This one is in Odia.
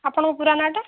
ଆପଣଙ୍କ ପୂରା ନାଁ'ଟା